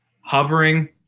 hovering